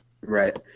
Right